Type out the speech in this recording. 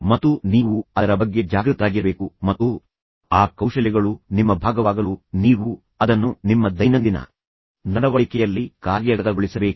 ಮತ್ತು ನೀವು ಅದರ ಬಗ್ಗೆ ಜಾಗೃತರಾಗಿರಬೇಕು ಮತ್ತು ಆ ಕೌಶಲ್ಯಗಳು ನಿಮ್ಮ ಭಾಗವಾಗಲು ನೀವು ಅದನ್ನು ನಿಮ್ಮ ದೈನಂದಿನ ನಡವಳಿಕೆಯಲ್ಲಿ ಕಾರ್ಯಗತಗೊಳಿಸಬೇಕು